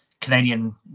Canadian